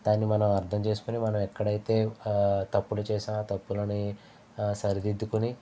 దాన్ని మనం అర్థం చేసుకొని మనం ఎక్కడైతే తప్పులు చేశాం ఆ తప్పులని సరిద్దుకుని